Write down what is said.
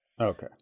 Okay